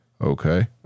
Okay